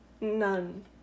None